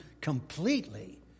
completely